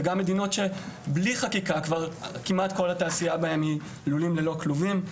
זה גם מדינות שבלי חקיקה כמעט כל התעשייה בהן היא לולים ללא כלובים.